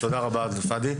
תודה רבה פאדי.